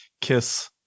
kiss